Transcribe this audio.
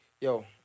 Yo